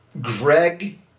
Greg